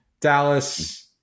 Dallas